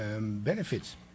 benefits